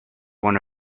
one